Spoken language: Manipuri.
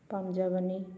ꯄꯥꯝꯖꯕꯅꯤ